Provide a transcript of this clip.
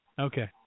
Okay